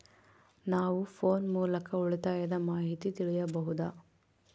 ನಾವು ಫೋನ್ ಮೂಲಕ ಉಳಿತಾಯದ ಮಾಹಿತಿ ತಿಳಿಯಬಹುದಾ?